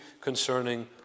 concerning